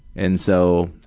and so,